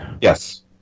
Yes